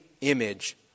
image